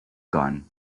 gone